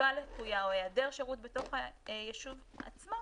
תחזוקה לקויה או היעדר שירות בתוך היישוב עצמו,